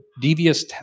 devious